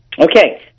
Okay